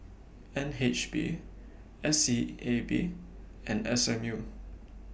N H B S E A B and S M U